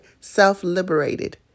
self-liberated